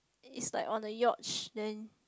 it's like on the yacht then